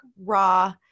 raw